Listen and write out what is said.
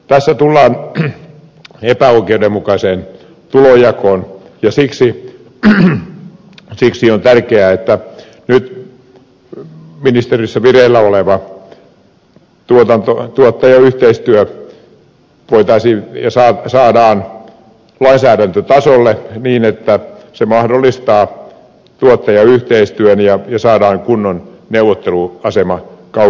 tässä tullaan epäoikeudenmukaiseen tulonjakoon ja siksi on tärkeää että nyt ministeriössä vireillä oleva tuottajayhteistyö saadaan lainsäädäntötasolle niin että se mahdollistaa tuottajayhteistyön ja saadaan kunnon neuvotteluasema kauppaan nähden